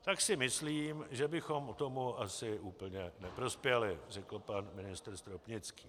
Tak si myslím, že bychom tomu asi úplně neprospěli, řekl pan ministr Stropnický.